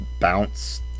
bounce